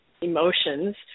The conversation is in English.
emotions